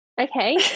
okay